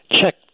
check